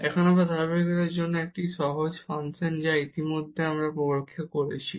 এখন আবার ধারাবাহিকতার জন্য এটি একটি সহজ ফাংশন যা আমরা ইতিমধ্যে আগে পরীক্ষা করেছি